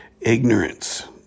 ignorance